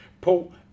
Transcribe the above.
Paul